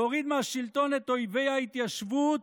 להוריד מהשלטון את אויבי ההתיישבות